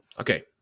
Okay